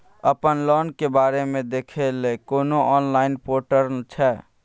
अपन लोन के बारे मे देखै लय कोनो ऑनलाइन र्पोटल छै?